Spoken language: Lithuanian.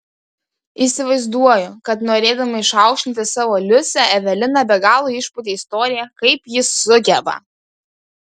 įsivaizduoju kad norėdama išaukštinti savo liusę evelina be galo išpūtė istoriją kaip ji sugeba